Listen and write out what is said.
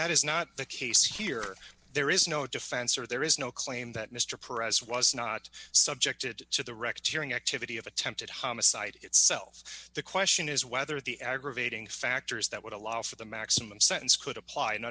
that is not the case here there is no defense or there is no claim that mr president was not subjected to the rect hearing activity of attempted homicide itself the question is whether the aggravating factors that would allow for the maximum sentence could apply and